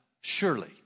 surely